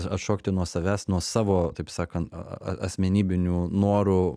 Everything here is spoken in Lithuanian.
atšokti nuo savęs nuo savo taip sakant asmenybinių norų